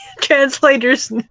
Translators